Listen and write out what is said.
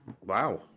Wow